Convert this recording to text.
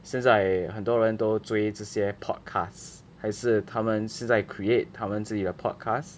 现在很多人都追这些 podcast 还是他们是在 create 他们自己的 podcast